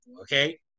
Okay